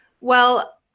Well-